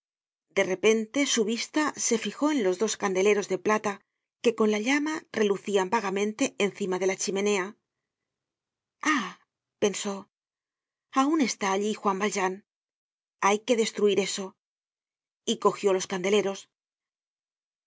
de repente su vista se fijó en los dos candeleros de plata que con la llama relucían vagamente encima de la chimenea ah pensó aun está allí juan valjean hay que destruir eso y cogió los candeleros